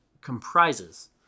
comprises